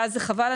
ואז זה חבל,